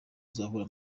azahura